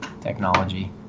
technology